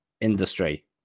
industry